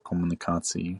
komunikácií